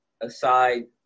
aside